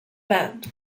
bend